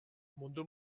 mundu